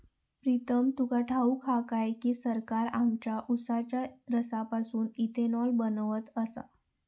प्रीतम तुका ठाऊक हा काय की, सरकार आमच्या उसाच्या रसापासून इथेनॉल बनवत आसा